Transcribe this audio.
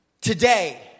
today